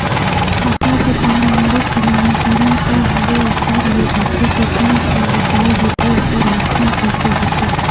फसल के पान मुड़े के नवीनीकरण का हवे ओकर ले बचे के कोन सा उपाय होथे ओकर लक्षण कैसे होथे?